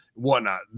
Whatnot